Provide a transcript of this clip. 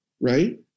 right